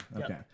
okay